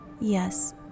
Yes